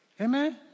Amen